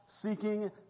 seeking